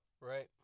Right